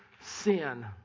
sin